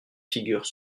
figures